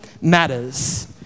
matters